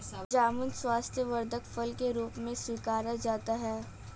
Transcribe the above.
जामुन स्वास्थ्यवर्धक फल के रूप में स्वीकारा जाता है